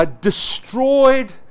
destroyed